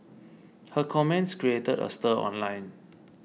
her comments created a stir online